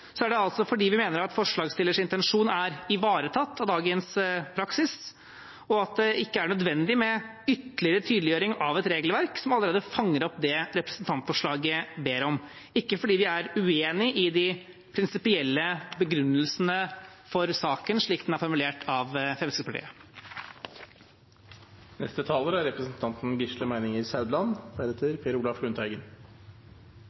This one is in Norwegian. er det altså fordi vi mener at forslagsstillernes intensjon er ivaretatt av dagens praksis, og at det ikke er nødvendig med ytterligere tydeliggjøring av et regelverk som allerede fanger opp det representantforslaget ber om – ikke fordi vi er uenig i de prinsipielle begrunnelsene for saken slik de er formulert av Fremskrittspartiet. Dette er